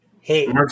Hey